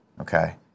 Okay